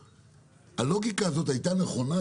הלוגיקה הזאת הייתה נכונה,